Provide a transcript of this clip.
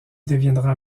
deviendra